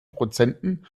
prozenten